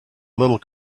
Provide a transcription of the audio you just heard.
little